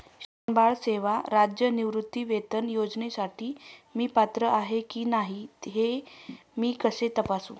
श्रावणबाळ सेवा राज्य निवृत्तीवेतन योजनेसाठी मी पात्र आहे की नाही हे मी कसे तपासू?